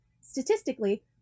statistically